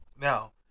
Now